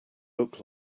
look